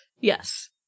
Yes